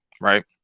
right